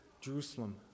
Jerusalem